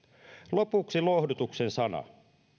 lopuksi lohdutuksen sana